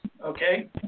okay